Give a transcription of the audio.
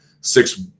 six